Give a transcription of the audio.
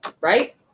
right